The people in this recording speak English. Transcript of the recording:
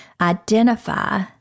identify